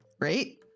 right